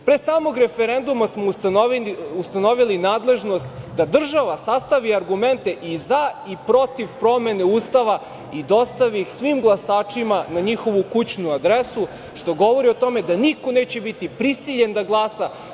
Pre smog referenduma smo ustanovili nadležnost da država sastavi argumente i za i protiv promene Ustava i dostavi ih svim glasačima na njihovu kućnu adresu, što govori o tome da niko neće biti prisiljen da glasa.